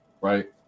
right